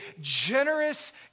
generous